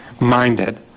minded